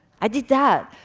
i did that.